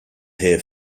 here